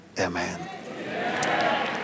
amen